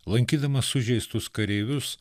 lankydamas sužeistus kareivius